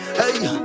hey